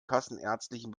kassenärztlichen